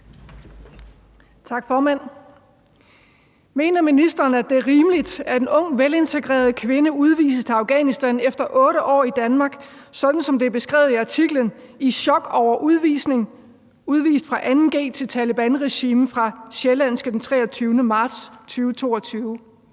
Tak, formand. Mener ministeren, at det er rimeligt, at en ung, velintegreret kvinde udvises til Afghanistan efter 8 år i Danmark, sådan som det er beskrevet i artiklen »I chok over udvisning: Udvist fra 2.g til Taleban-regime« fra Sjællandske Nyheder den 23. marts 2022?